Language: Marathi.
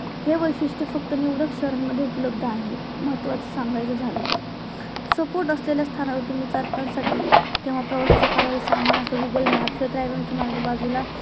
हे वैशिष्ट्य फक्त निवडक शहरांमध्ये उपलब्ध आहेत महत्वाचं सांगायचं झालं तर सपोर्ट असलेल्या स्थानावर तुम्ही चालकांसाठी तेव्हा प्रवाशाच्या कालावधीत सामान असलं गुगल मॅप्स हे ड्रायविंगच्या मागं बाजूला